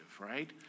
Right